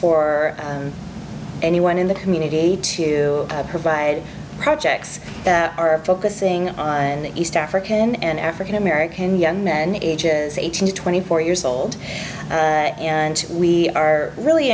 for anyone in the community to provide projects that are focusing on the east african and african american young men ages eighteen to twenty four years old and we are really